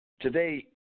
today